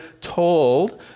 told